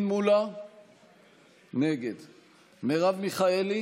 אדוני היושב-ראש,